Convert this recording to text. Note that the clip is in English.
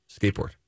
skateboard